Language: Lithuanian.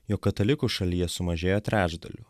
jog katalikų šalyje sumažėjo trečdaliu